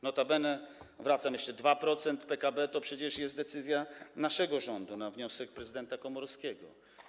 Notabene, wracam jeszcze, 2% PKB to przecież jest decyzja naszego rządu, na wniosek prezydenta Komorowskiego.